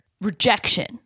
rejection